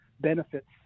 benefits